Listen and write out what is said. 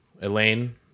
Elaine